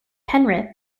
penrith